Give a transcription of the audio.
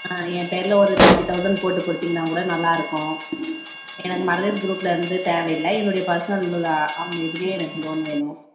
ஆ என் பேரில் ஒரு தேட்டி தௌசண்ட் போட்டு கொடுத்தீங்கன்னா கூட நல்லாயிருக்கும் எனக்கு மகளிர் க்ரூப்ல இருந்து தேவை இல்லை என்னுடைய பர்ஸ்னல்ல ஆமான் இதுலேயே எனக்கு லோன் வேணும்